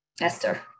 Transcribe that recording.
Esther